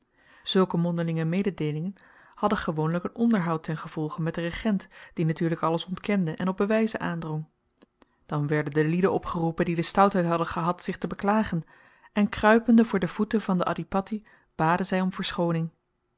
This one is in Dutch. zulke mondelinge mededeelingen hadden gewoonlyk een onderhoud ten gevolge met den regent die natuurlyk alles ontkende en op bewyzen aandrong dan werden de lieden opgeroepen die de stoutheid hadden gehad zich te beklagen en kruipende voor de voeten van den adhipatti baden zy om verschooning